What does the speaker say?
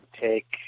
take